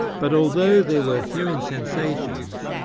but, although there were hearing sensations,